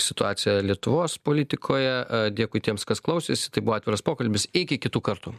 situaciją lietuvos politikoje dėkui tiems kas klausėsi tai buvo atviras pokalbis iki kitų kartų